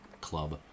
Club